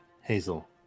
Hazel